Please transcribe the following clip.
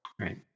Right